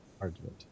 argument